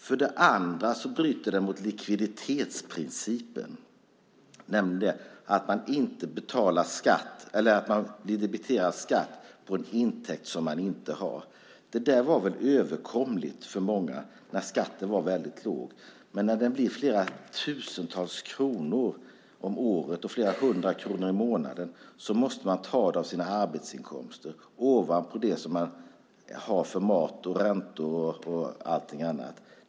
För det andra bryter skatten mot likviditetsprincipen, nämligen att man blir debiterad en skatt på en intäkt som man inte har. Det var väl för många överkomligt när skatten var låg, men när den blir flera tusen kronor om året, flera hundra kronor i månaden, måste man ta av sina arbetsinkomster, ovanpå det som finns för mat, räntor och allt annat.